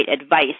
advice